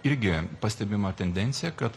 irgi pastebima tendencija kad